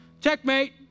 Checkmate